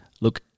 look